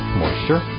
moisture